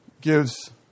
gives